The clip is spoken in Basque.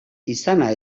izana